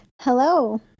hello